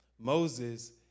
Moses